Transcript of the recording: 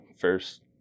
first